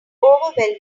overwhelming